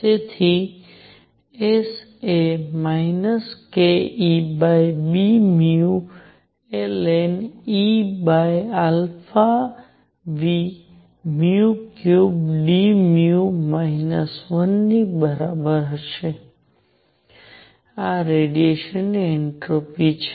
તેથી S એ kEβνln⁡EαV3dν 1 ની બરાબર છે આ રેડિયેશન ની એન્ટ્રોપી છે